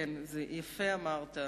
כן, יפה אמרת,